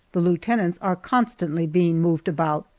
the lieutenants are constantly being moved about,